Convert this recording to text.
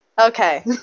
Okay